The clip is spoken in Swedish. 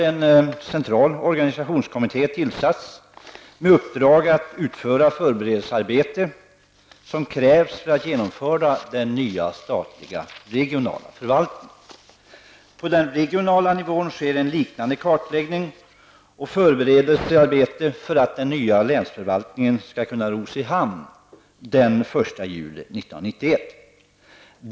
En central organisationskommitté har tillsatts med uppdrag att utföra förberedelsearbete som krävs för att genomföra den nya statliga regionala förvaltningen. På regional nivå sker en liknande kartläggning och ett förberedelsearbete för att den nya länsförvaltningen skall kunna ros i hamn den 1 juli 1991.